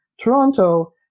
Toronto